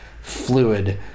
fluid